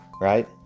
right